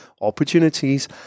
opportunities